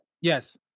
yes